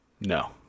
No